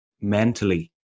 mentally